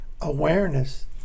awareness